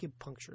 acupuncture